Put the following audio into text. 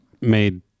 made